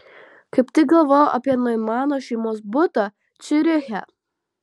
kaip tik galvojau apie noimano šeimos butą ciuriche